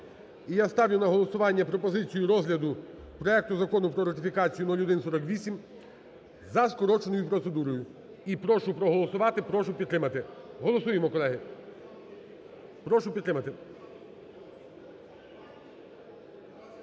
І я ставлю на голосування пропозицію розгляду проекту Закону про ратифікацію (0148) за скороченою процедурою. І прошу проголосувати, прошу підтримати. Голосуємо, колеги. Прошу підтримати.